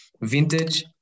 vintage